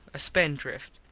a spend drift.